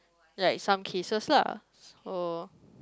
like some cases lah or